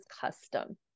custom